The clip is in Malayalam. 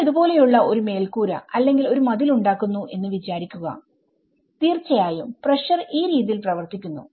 നിങ്ങൾ ഇതുപോലെയുള്ള ഒരു മേൽക്കൂര അല്ലെങ്കിൽ ഒരു മതിൽ ഉണ്ടാക്കുന്നു എന്ന് വിചാരിക്കുക തീർച്ചയായും പ്രഷർ ഈ രീതിയിൽ പ്രവർത്തിക്കുന്നു